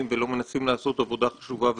ולא מנסים לעשות עבודה חשובה וטובה.